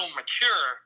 mature